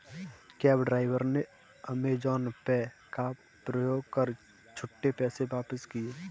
cab driver ने Amazon Pay का प्रयोग कर छुट्टे पैसे वापस किए